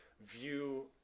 view